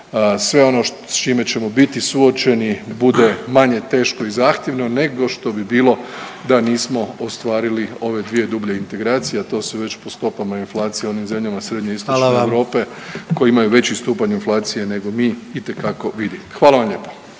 sve ono s čime ćemo biti suočeni bude manje teško i zahtjevno nego što bi bilo da nismo ostvarili ove dvije dublje integracije, a to se već po stopama inflacije u onim zemljama Srednje i Istočne Europe …/Upadica: Hvala vam./… koje imaju veći stupanj inflacije nego mi itekako vidi. Hvala vam lijepa.